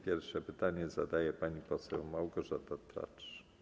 Pierwsze pytanie zadaje pani poseł Małgorzata Tracz.